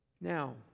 Now